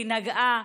היא נגעה.